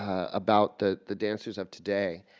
ah about the the dancers of today,